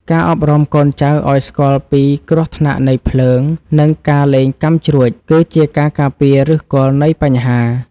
ការអប់រំកូនចៅឱ្យស្គាល់ពីគ្រោះថ្នាក់នៃភ្លើង និងការលេងកាំជ្រួចគឺជាការការពារឫសគល់នៃបញ្ហា។